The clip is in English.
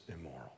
immoral